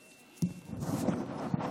תודה, אדוני.